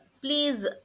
please